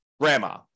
grandma